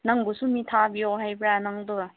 ꯅꯪꯕꯨꯁꯨ ꯃꯤ ꯊꯥꯕꯤꯌꯣ ꯍꯥꯏꯕ꯭ꯔꯥ ꯅꯪꯗꯣ